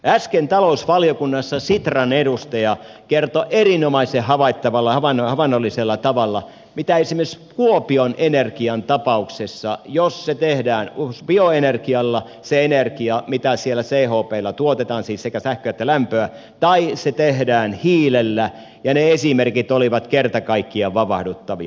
äsken talousvaliokunnassa sitran edustaja kertoi erinomaisen havainnollisella tavalla miten on esimerkiksi kuopion energian tapauksessa jos tehdään bioenergialla se energia mitä siellä chpllä tuotetaan siis sekä sähköä että lämpöä tai se tehdään hiilellä ja ne esimerkit olivat kerta kaikkiaan vavahduttavia